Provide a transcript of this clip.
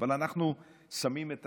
אבל אנחנו שמים את